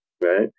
right